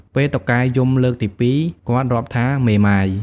ពេលតុកែយំលើកទី ២ គាត់រាប់ថា "មេម៉ាយ" ។